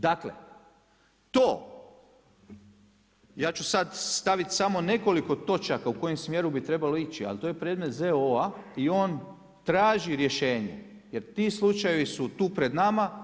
Dakle, to ja ću sad staviti samo nekoliko točaka u kojem smjeru bi trebalo ići ali to je predmet ZOO-a i on traži rješenje jer ti slučajevi su tu pred nama.